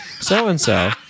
so-and-so